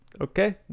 okay